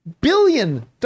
Billion